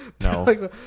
No